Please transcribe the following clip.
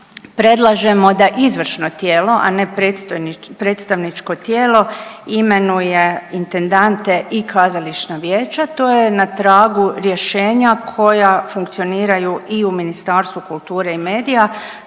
predlažemo da izvršno tijelo, a ne predstavničko tijelo imenuje intendante i kazališna vijeća, to je na tragu rješenja koja funkcioniraju i u Ministarstvu kulture i medija,